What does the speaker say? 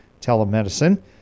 telemedicine